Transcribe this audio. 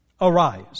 arise